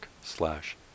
slash